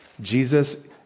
Jesus